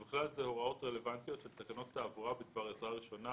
ובכלל זה הוראות רלוונטיות של תקנות תעבורה בדבר עזרה ראשונה,